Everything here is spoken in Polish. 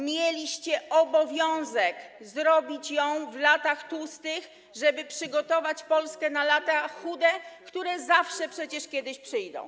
Mieliście obowiązek zrobić ją w latach tłustych, żeby przygotować Polskę na lata chude, które zawsze przecież kiedyś przyjdą.